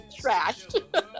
trashed